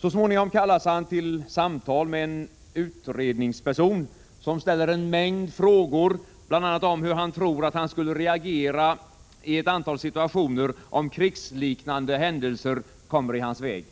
Så småningom kallas han till samtal med en utredningsperson, som ställer en mängd frågor, bl.a. om hur han tror att han skulle reagera i ett antal situationer, om krigsliknande händelser kommer i hans väg.